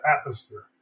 atmosphere